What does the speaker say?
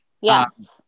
yes